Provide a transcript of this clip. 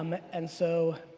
um and so,